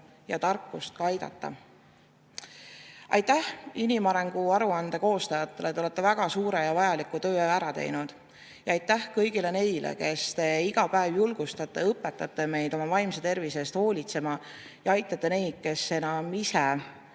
ja tarkust ka aidata. Aitäh inimarengu aruande koostajatele! Te olete väga suure ja vajaliku töö ära teinud. Ja aitäh kõigile, kes te iga päev julgustate ja õpetate meid oma vaimse tervise eest hoolitsema ja aitate neid, kes enam ise ennast